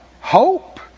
Hope